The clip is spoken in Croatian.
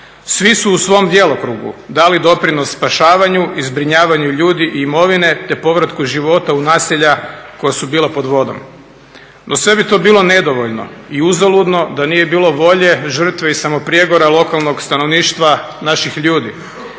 Svi su u svom djelokrugu dali doprinos spašavanju i zbrinjavanju ljudi i imovine te povratku života u naselja koja su bila pod vodom. No sve bi to bilo nedovoljno i uzaludno da nije bilo volje, žrtve i samoprijegora lokalnog stanovništva naših ljudi.